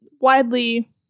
widely